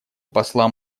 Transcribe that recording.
посла